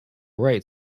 right